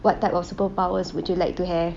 what type of superpowers would you like to have